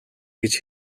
гэж